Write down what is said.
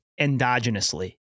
endogenously